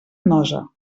nosa